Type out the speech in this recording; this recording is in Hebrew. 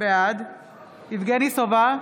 בעד יבגני סובה,